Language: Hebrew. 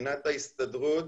מבחינת ההסתדרות,